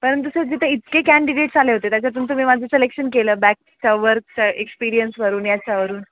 परंतु सर तिथं इतके कँडिडेट्स आले होते त्याच्यातून तुम्ही माझं सिलेक्शन केलं बॅकचा वर्कचा एक्सपिरियन्सवरून याच्यावरून